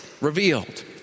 revealed